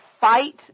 fight